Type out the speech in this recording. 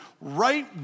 right